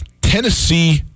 Tennessee